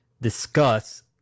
discuss